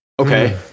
Okay